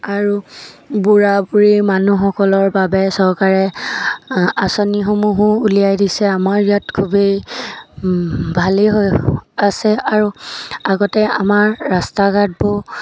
আৰু বুঢ়া বুঢ়ী মানুহসকলৰ বাবে চৰকাৰে আঁচনিসমূহো উলিয়াই দিছে আমাৰ ইয়াত খুবেই ভালেই হৈ আছে আৰু আগতে আমাৰ ৰাস্তা ঘাটবোৰ